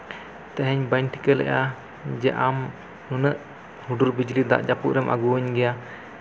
ᱛᱮᱦᱮᱧ ᱵᱟᱹᱧ ᱴᱷᱤᱠᱟᱹ ᱞᱮᱜᱼᱟ ᱡᱮ ᱟᱢ ᱩᱱᱟᱹᱜ ᱦᱩᱰᱩᱨ ᱵᱤᱡᱽᱞᱤ ᱫᱟᱜ ᱡᱟᱹᱯᱩᱫ ᱨᱮᱢ ᱟᱹᱜᱩᱣᱟᱹᱧ ᱜᱮᱭᱟ